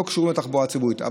שלא קשורים לתחבורה הציבורית.